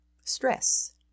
Stress